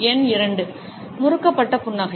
எண் 2 முறுக்கப்பட்ட புன்னகை